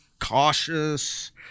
cautious